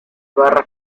barra